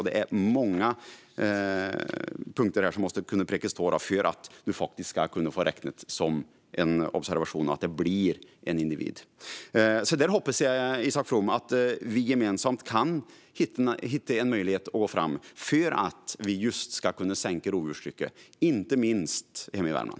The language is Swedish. Det är många punkter som måste prickas av för att det ska få räknas som en observation och att det blir en individ. Jag hoppas, Isak From, att vi gemensamt kan hitta en möjlighet framåt för att kunna sänka rovdjurstrycket, inte minst i mitt hemlän Värmland.